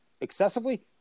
excessively